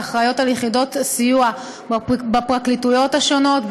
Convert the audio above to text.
האחראיות ליחידות הסיוע בפרקליטויות השונות,